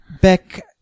Beck